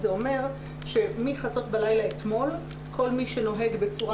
זה אומר שמחצות בלילה אתמול כל מי שנוהג בצורה